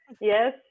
Yes